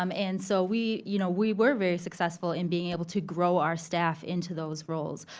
um and so, we you know, we were very successful in being able to grow our staff into those roles.